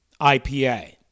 IPA